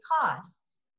costs